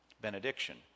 benediction